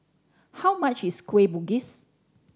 how much is Kueh Bugis